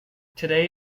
today